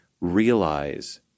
realize